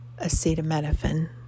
acetaminophen